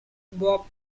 bob